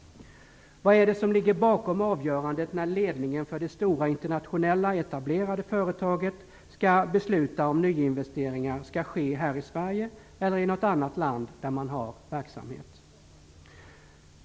Vad är det som ligger bakom avgörandet när ledningen för det stora, internationellt etablerade företaget skall besluta om nyinvesteringen skall ske här i Sverige eller i något annat land där man har verksamhet?